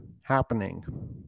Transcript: happening